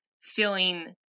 feeling